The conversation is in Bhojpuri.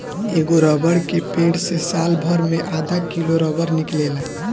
एगो रबर के पेड़ से सालभर मे आधा किलो रबर निकलेला